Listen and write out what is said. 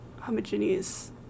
homogeneous